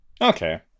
Okay